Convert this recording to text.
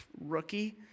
Rookie